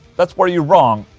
that's where you're wrong.